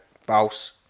false